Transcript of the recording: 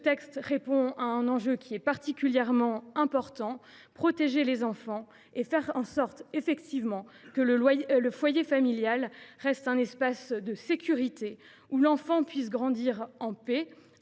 ce texte répond à un enjeu particulièrement important : protéger les enfants, faire en sorte que le foyer familial reste un espace de sécurité où l’enfant peut grandir en paix